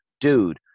Dude